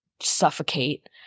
suffocate